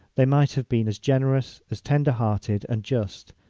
they might have been as generous, as tender-hearted and just,